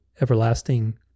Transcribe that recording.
everlasting